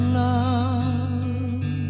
love